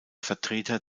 vertreter